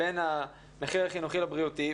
בין המחיר החינוכי לבריאותי,